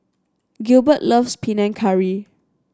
Gilbert loves Panang Curry